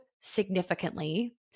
significantly